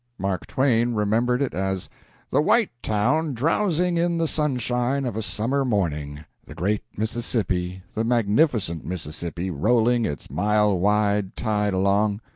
mark twain remembered it as the white town drowsing in the sunshine of a summer morning. the great mississippi, the magnificent mississippi, rolling its mile-wide tide along.